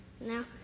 no